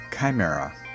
Chimera